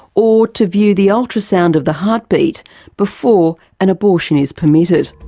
or to view the ultrasound of the heartbeat before an abortion is permitted.